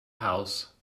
house